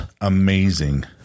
amazing